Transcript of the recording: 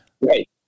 Right